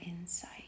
insight